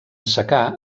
secà